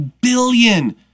billion